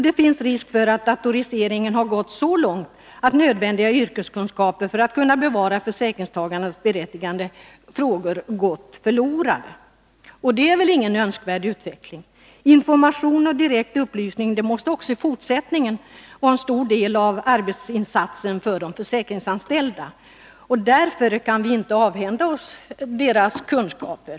Det finns risk för att datoriseringen har gått så långt, att nödvändiga yrkeskunskaper för tillgodoseende av försäkringstagarnas berättigade krav gått förlorade. Det är välinte någon önskvärd utveckling. Information och direkt upplysning måste också i fortsättningen vara en stor del av arbetsinsatsen för de försäkringsanställda. Därför kan vi inte avhända oss deras kunskaper.